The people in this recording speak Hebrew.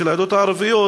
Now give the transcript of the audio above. של העדות הערביות,